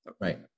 Right